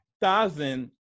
thousand